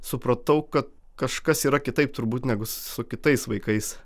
supratau kad kažkas yra kitaip turbūt negu su kitais vaikais